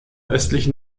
östlichen